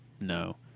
no